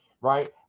right